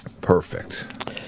Perfect